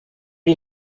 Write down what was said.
est